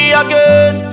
again